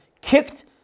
kicked